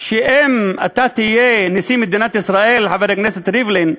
שאם אתה תהיה נשיא מדינת ישראל, חבר הכנסת ריבלין,